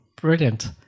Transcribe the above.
Brilliant